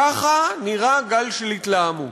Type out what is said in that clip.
ככה נראה גל של התלהמות.